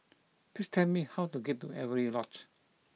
please tell me how to get to Avery Lodge